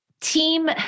team